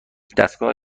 دستگاه